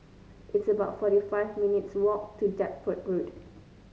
it's about forty five minutes' walk to Deptford Road